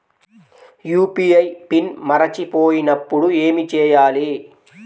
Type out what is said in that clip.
UPI PIN మరచిపోయినప్పుడు ఏమి చేయాలి?